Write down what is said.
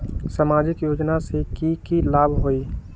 सामाजिक योजना से की की लाभ होई?